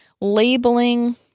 Labeling